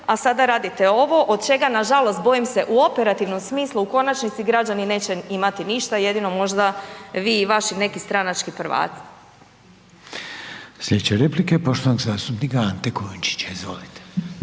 a sada radite ovo, od čega nažalost bojim se u operativnom smislu u konačnici građani neće imati ništa, jedino možda vi i vaši neki stranački prvaci. **Reiner, Željko (HDZ)** Slijedeća replika je poštovanog zastupnika Ante Kujundžića. Izvolite.